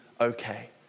okay